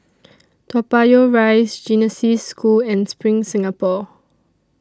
Toa Payoh Rise Genesis School and SPRING Singapore